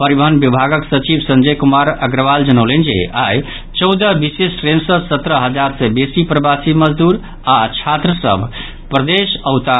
परिवहन विभागक सचिव संजय कुमार अग्रवाल जनौलनि जे आई चौदह विशेष ट्रेन सँ सतरह हजार सँ बेसी प्रवासी मजदूर आओर छात्र सभ प्रदेश औताह